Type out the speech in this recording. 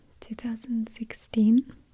2016